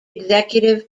executive